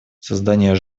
создание